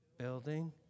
Building